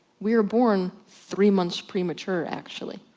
we're born three months premature actually,